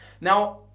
Now